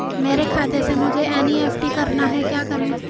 मेरे खाते से मुझे एन.ई.एफ.टी करना है क्या करें?